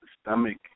stomach